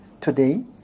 today